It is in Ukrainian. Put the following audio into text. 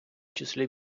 числі